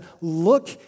look